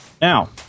Now